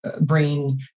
brain